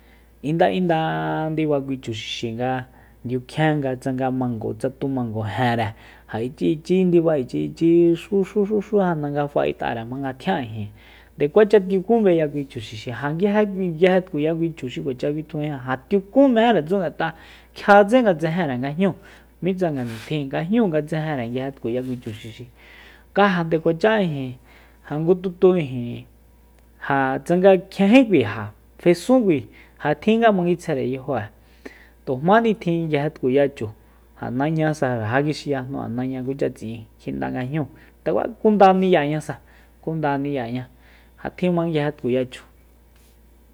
Inda inda ndiba kui chu xixi nga ndiukjien nga tsanga mango tsa tu mango jenre ja ichi ichi ndiba inchi ichi xu xu xú janda nga fa'et'are jmanga tjian ijin nde kuacha tiukun beya kui chu xixi ja nguije kui nguije tkuya kui chu xi kuacha bitjujin ja tiukun mejere tsu ngat'a kjia tse nga tsejenre nga jñúu mitsa nga nitjin nga jñ'uu nga tsejenre nga nguije tkuya kui chu xixi ka ja nde kuacha ijin ja ngu tutu ijin ja tsanga kjiénjíkui ja fesún kui ja tjin ngs manguitsjeire yajo'e tu jmáni tjin nguije tkuya chu ja nañasa ja ja kixiyajnu'an kucha tsi'in kjinda nga jñúu ndekua kunda ni'yañasa kunda ni'yaña ja tjima nguije tkuya chu